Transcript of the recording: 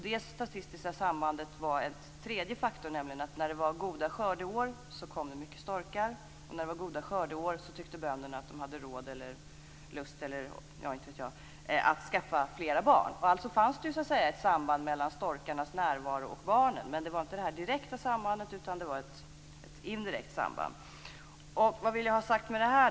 Detta statistiska samband var en tredje faktor: När det var goda skördeår kom det mycket storkar, och när det var goda skördeår tyckte bönderna också att de hade råd eller lust, inte vet jag, att skaffa fler barn. Alltså fanns det ett samband mellan storkarnas närvaro och barnen, men det var inte ett direkt utan ett indirekt samband. Vad vill jag då ha sagt med det här?